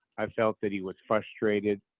i felt that he was frustrated,